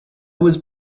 was